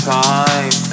time